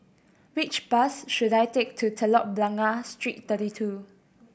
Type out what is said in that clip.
which bus should I take to Telok Blangah Street Thirty Two